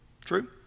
True